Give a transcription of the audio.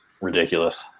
ridiculous